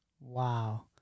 Wow